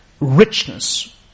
richness